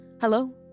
hello